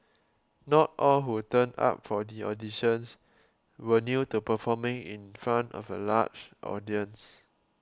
not all who turned up for the auditions were new to performing in front of a large audience